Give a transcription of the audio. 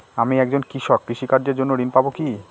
আমি একজন কৃষক কৃষি কার্যের জন্য ঋণ পাব কি?